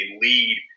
lead